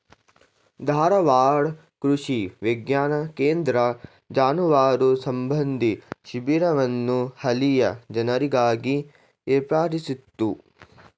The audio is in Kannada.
ಧಾರವಾಡ ಕೃಷಿ ವಿಜ್ಞಾನ ಕೇಂದ್ರ ಜಾನುವಾರು ಸಂಬಂಧಿ ಶಿಬಿರವನ್ನು ಹಳ್ಳಿಯ ಜನರಿಗಾಗಿ ಏರ್ಪಡಿಸಿತ್ತು